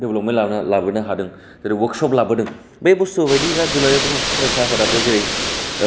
development लाबोनो हादों जेरै अवर्कशप लाबोदों बे बुस्थु बायदि दा दुलाराय बर' फरायसा आफादाबो जेरै